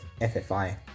FFI